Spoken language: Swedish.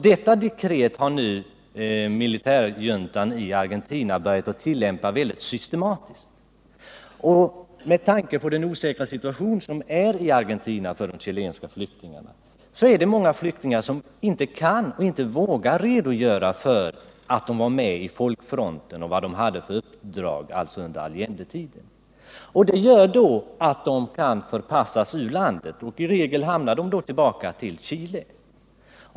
Detta dekret har militärjuntan i Argentina nu börjat tillämpa mycket systematiskt. Med tanke på den osäkra situationen i Argentina för de chilenska flyktingarna vågar många av dessa inte redogöra för sin anknytning till 46 folkfronten och för uppdrag som de hade under Allendetiden. Sådan vägran kan å andra sidan medföra att de förpassas ur landet, och i regel hamnar de då återigen i Chile.